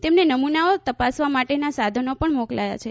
તેમને નમૂનઓ તપાસવા માટેના સાધનો પણ મોકલાયાં છે